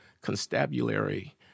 constabulary